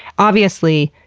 obviously,